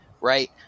right